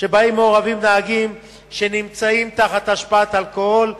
שבהן מעורבים נהגים שנמצאים תחת השפעת אלכוהול,